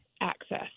access